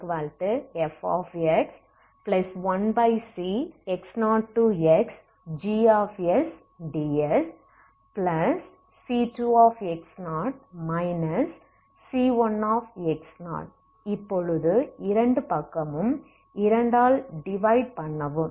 இப்பொழுது இரண்டு பக்கமும் 2 ஆல் டிவைட் பண்ணவும்